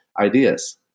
ideas